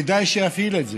כדאי שיפעיל את זה,